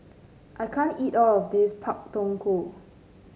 I can't eat all of this Pak Thong Ko